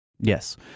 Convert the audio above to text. Yes